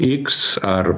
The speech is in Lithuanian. iks ar